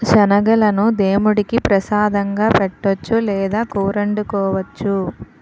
శనగలను దేముడికి ప్రసాదంగా పెట్టొచ్చు లేదా కూరొండుకోవచ్చు